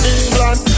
England